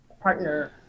partner